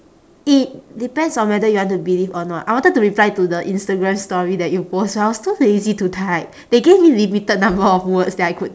it depends on whether you want to believe or not I wanted to reply to the instagram story that you post but I was too lazy to type they gave me limited number of words that I could